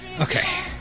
Okay